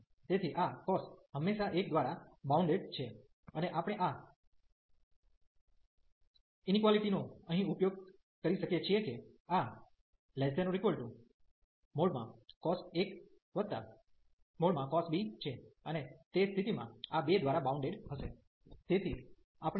તેથી આ cos હંમેશા 1 દ્વારા બાઉન્ડેડ bounded છે અને આપણે આ ઇનક્વાલીટી નો અહીં ઉપયોગ કરી શકીએ છીએ કે આ ⁡ cos 1 cos b છે અને તે સ્થિતિમાં આ 2 દ્વારા બાઉન્ડેડ bounded હશે